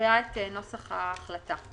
מקריאה את נוסח ההחלטה: